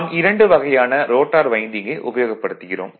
நாம் இரண்டு வகையான ரோட்டார் வைண்டிங்கை உபயோகப்படுத்துகிறோம்